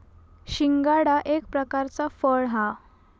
शिंगाडा एक प्रकारचा फळ हा